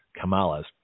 Kamala's